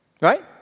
Right